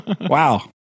Wow